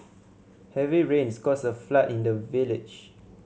heavy rains caused a flood in the village